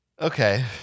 Okay